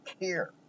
care